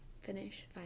finish